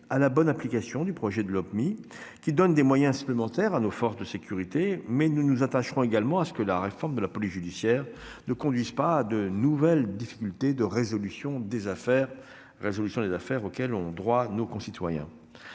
à la bonne application de la prochaine Lopmi, qui donne des moyens supplémentaires à nos forces de sécurité, mais nous nous attacherons également à ce que la réforme de la police judiciaire ne conduise pas à de nouvelles difficultés de résolution des affaires. C'est une question de respect des droits de nos concitoyens.